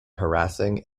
harassing